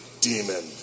demon